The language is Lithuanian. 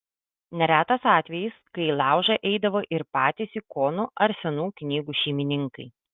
neretas atvejis kai į laužą eidavo ir patys ikonų ar senų knygų šeimininkai